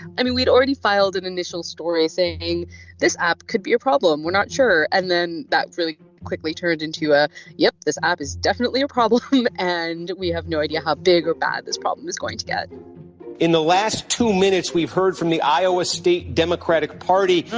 i mean, we'd already filed an initial story saying this app could be your problem. we're not sure. and then that really quickly turned into a yep. this app is definitely problem. and we have no idea how big or bad this problem is going to get in the last two minutes we've heard from the iowa state democratic party.